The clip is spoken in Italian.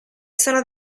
sono